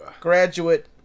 Graduate